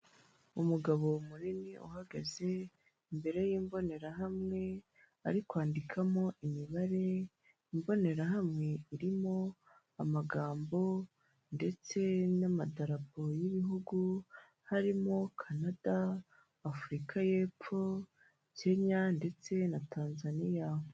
Umugabo munini uhagaze imbere y'imbonerahamwe, ari kwandikamo imibare, imbonerahamwe irimo amagambo ndetse n'amadarapo y'ibihugu, harimo Kanad, Afurika y'epfo, Kenya, ndetse na Tanzaniya.